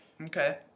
Okay